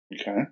Okay